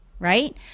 right